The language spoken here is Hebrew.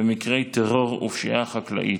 במקרי טרור ופשיעה חקלאית,